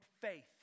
faith